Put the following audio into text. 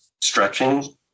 stretching